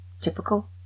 typical